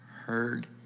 heard